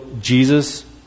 Jesus